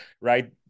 right